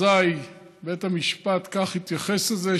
אזי בית המשפט כך יתייחס לזה,